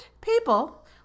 people